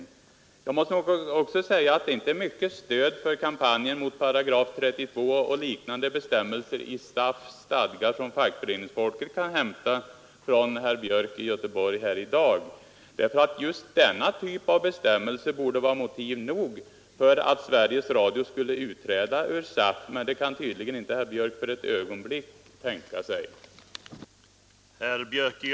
Vidare måste jag säga att det inte är mycket till stöd som fackföreningsfolket kan få av herr Björks inlägg här i dag i vad gäller kampanjen mot 32 § och liknande bestämmelser i SAF:s stadgar, ty just den typen av bestämmelser borde vara motiv nog för Sveriges Radio att utträda ur SAF, men det kan tydligen inte herr Björk för ett ögonblick tänka sig.